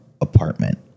apartment